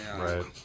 Right